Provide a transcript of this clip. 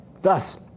Thus